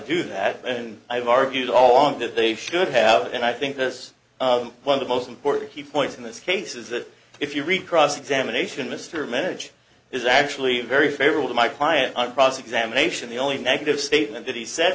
do that and i've argued all along that they should have and i think this one of the most important key points in this case is that if you read cross examination mr menage is actually very favorable to my client on cross examination the only negative statement that he said